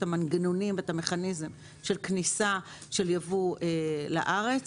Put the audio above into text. המנגנונים ואת המכניזם של כניסה של ייבוא לארץ,